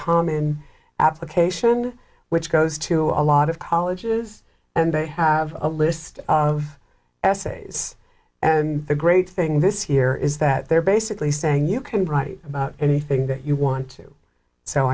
common application which goes to a lot of colleges and they have a list of essays and the great thing this year is that they're basically saying you can write about anything that you want to so